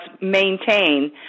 maintain